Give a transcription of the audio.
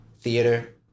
theater